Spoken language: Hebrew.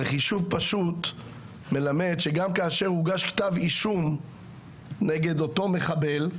הרי חישוב פשוט מלמד שגם כאשר הוגש כתב אישום נגד אותו מחבל,